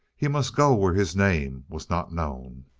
he must go where his name was not known.